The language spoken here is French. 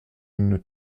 une